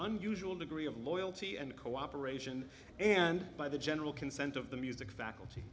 unusual degree of loyalty and cooperation and by the general consent of the music faculty